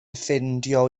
ffeindio